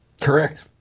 Correct